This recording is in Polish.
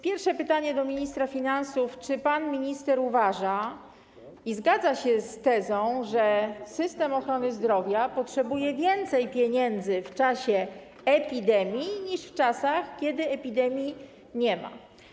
Pierwsze pytanie do ministra finansów: Czy pan minister uważa, i zgadza się z tezą, że system ochrony zdrowia potrzebuje więcej pieniędzy w czasie epidemii niż w czasach, kiedy epidemii nie ma?